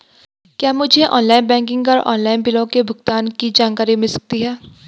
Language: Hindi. क्या मुझे ऑनलाइन बैंकिंग और ऑनलाइन बिलों के भुगतान की जानकारी मिल सकता है?